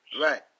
Right